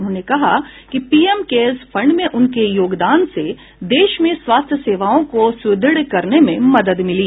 उन्होंने कहा कि पीएम केयर्स फंड में उनके योगदान से देश में स्वास्थ्य सेवाओं को सुदृढ़ करने में मदद मिली